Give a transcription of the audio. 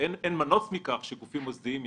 אין מנוס מכך שגופים מוסדיים יחזיקו.